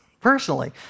personally